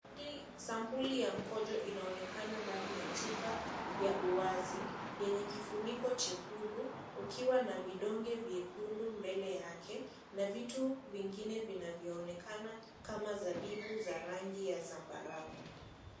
Sampuli ya mkojo inaonekana ndani ya chupa ya uwazi, yenye kifuniko chekundu, ukiwa na vidonge vyekundu mbele yake, na vitu vingine vinavyoonekana kama zabibu za rangi ya zambarau.